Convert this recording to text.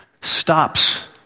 stops